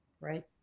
right